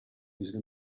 using